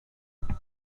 greens